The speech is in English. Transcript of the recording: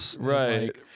right